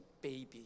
baby